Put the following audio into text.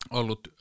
Ollut